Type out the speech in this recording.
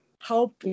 help